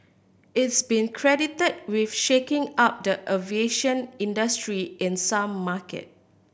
it's been credited with shaking up the aviation industry in some market